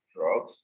drugs